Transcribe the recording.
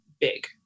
big